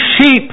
sheep